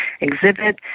exhibit